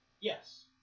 Yes